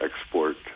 export